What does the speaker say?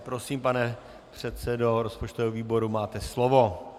Prosím, pane předsedo rozpočtového výboru, máte slovo.